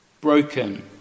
broken